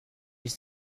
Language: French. ils